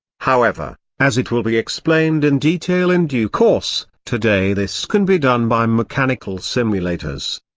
however, as it will be explained in detail in due course, today this can be done by mechanical simulators.